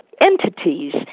entities